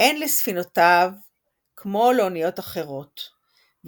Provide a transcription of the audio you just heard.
אין לספינותם כמו לאניות אחרות,